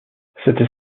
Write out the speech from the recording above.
cette